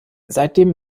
seitdem